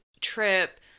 trip